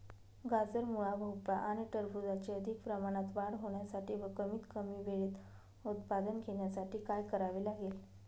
गाजर, मुळा, भोपळा आणि टरबूजाची अधिक प्रमाणात वाढ होण्यासाठी व कमीत कमी वेळेत उत्पादन घेण्यासाठी काय करावे लागेल?